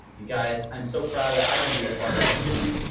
and guys, i'm so proud that i can be a part of that with you.